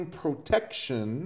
protection